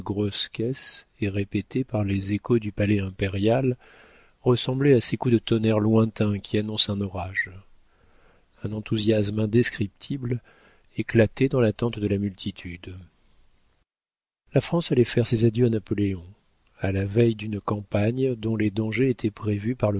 répété par les échos du palais impérial ressemblait à ces coups de tonnerre lointains qui annoncent un orage un enthousiasme indescriptible éclatait dans l'attente de la multitude la france allait faire ses adieux à napoléon à la veille d'une campagne dont les dangers étaient prévus